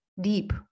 deep